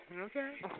Okay